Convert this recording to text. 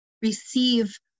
receive